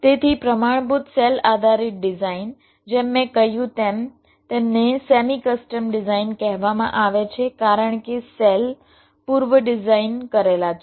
તેથી પ્રમાણભૂત સેલ આધારિત ડિઝાઇન જેમ મેં કહ્યું તેમ તેમને સેમી કસ્ટમ ડિઝાઇન કહેવામાં આવે છે કારણ કે સેલ પૂર્વ ડિઝાઇન કરેલા છે